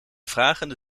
vragende